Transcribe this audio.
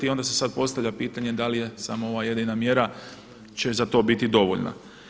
I onda se sada postavlja pitanje da li je samo ovaj jedina mjera će za to biti dovoljna.